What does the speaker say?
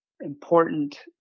important